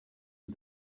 and